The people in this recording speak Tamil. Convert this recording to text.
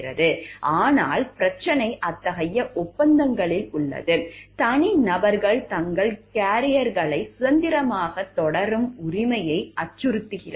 ஆனால் பிரச்சினை அத்தகைய ஒப்பந்தங்களில் உள்ளது தனிநபர்கள் தங்கள் கேரியர்களை சுதந்திரமாக தொடரும் உரிமையை அச்சுறுத்துகிறது